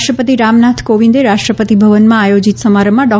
રાષ્ટ્રપતિ રામનાથ કોવિંદે રાષ્ટ્રપતિ ભવનમાં આયોજીત સમારંભમાં ડો